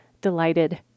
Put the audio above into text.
delighted